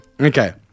Okay